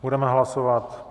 Budeme hlasovat.